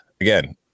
again